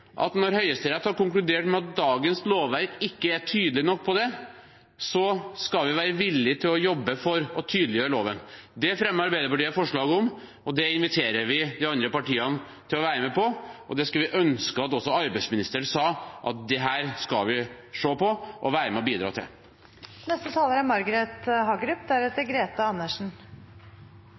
at når Høyesterett har konkludert med at dagens lovverk ikke er tydelig nok, skal vi være villige til å jobbe for å tydeliggjøre loven. Det fremmer Arbeiderpartiet et forslag om, det inviterer vi de andre partiene til å være med på, og det skulle vi ønske at også arbeidsministeren sa at de skulle se på og være med og bidra til.